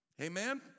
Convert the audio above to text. Amen